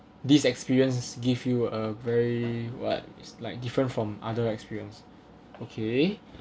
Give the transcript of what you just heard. these experiences give you a very what it's like different from other experience okay